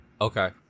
Okay